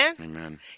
Amen